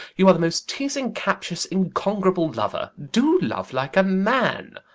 you are the most teasing, captious, incorrigible lover do love like a man.